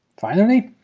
finally,